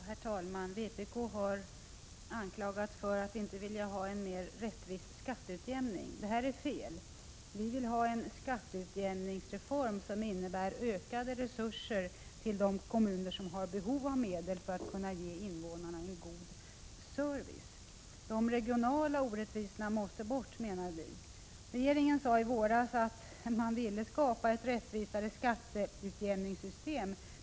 Herr talman! Vpk har anklagats för att inte vilja ha ett mer rättvist skatteutjämningssystem. Det är fel. Vi vill få till stånd en skatteutjämningsreform, som innebär ökade resurser till de kommuner som har behov av medel för att kunna ge invånarna en god service. De regionala orättvisorna måste bort, menar vi. Regeringen sade i våras att man ville skapa ett rättvisare skatteutjämningssystem.